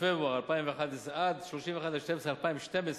בפברואר 2011 עד 31 בדצמבר 2012,